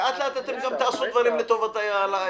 לאט לאט אתם גם תעשו דברים לטובת האזרחים.